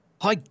Hi